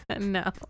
No